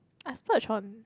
I splurge on